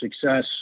success